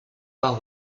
par